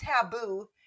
taboo